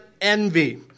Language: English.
envy